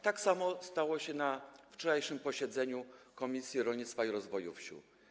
Tak samo stało się na wczorajszym posiedzeniu Komisji Rolnictwa i Rozwoju Wsi.